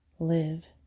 Live